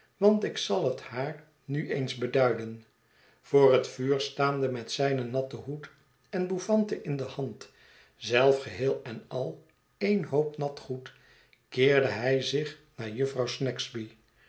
want ik zal het haar nu eens beduiden voor het vuur staande met zijn natten hoed en bouffante in de hand zelf geheel en al een hoop nat goed keerde hij zich naar jufvrouw snagsby